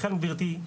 ולכן, גברתי,